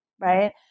Right